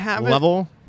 level